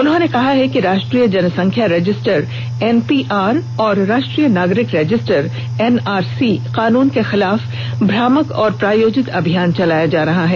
उन्होंने कहा है कि राष्ट्रीय जनसंख्या रजिस्टर एनपीआर और राष्ट्रीय नागरिक रजिस्टर एनआरसी कानून के खिलाफ भ्रामक और प्रायोजित अभियान चलाया जा रहा है